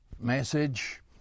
message